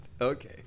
Okay